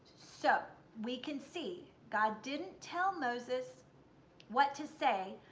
so, we can see god didn't tell moses what to say,